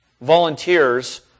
volunteers